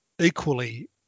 equally